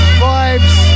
vibes